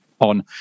on